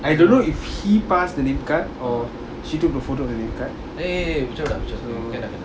I don't know if he passed the name card or she took the photo of the name card so